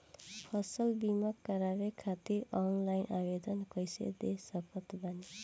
फसल बीमा करवाए खातिर ऑनलाइन आवेदन कइसे दे सकत बानी?